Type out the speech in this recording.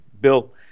Bill